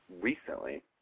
recently